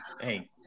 hey